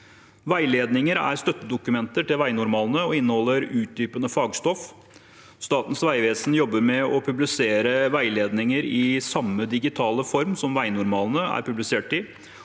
Veiledninger er støttedokumenter til vegnormalene og inneholder utdypende fagstoff. Statens vegvesen jobber med å publisere veiledninger i samme digitale form som vegnormalene er publisert i.